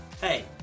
Hey